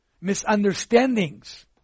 Misunderstandings